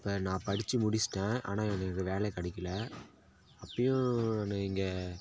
இப்போ நான் படித்து முடிச்சிட்டேன் ஆனால் எனக்கு வேலை கிடைக்கல அப்பயும் நான் இங்கே